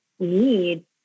need